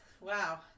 Wow